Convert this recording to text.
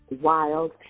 wild